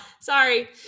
Sorry